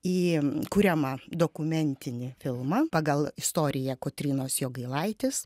į kuriamą dokumentinį filmą pagal istoriją kotrynos jogailaitės